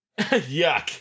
Yuck